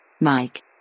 Mike